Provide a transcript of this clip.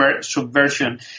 subversion